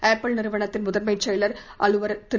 apple நிறுவனத்தின் முதன்மைச் செயல் அலுவலர் திரு